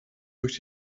durch